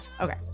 Okay